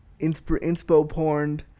inspo-porned